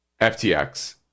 FTX